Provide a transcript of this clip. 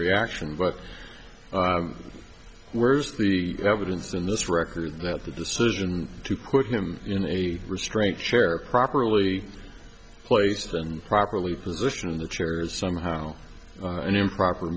reaction but where's the evidence in this record that the decision to quit him in a restraint chair properly placed and properly positioned in the chair is somehow an improper